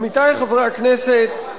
עמיתי חברי הכנסת,